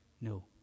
no